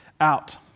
out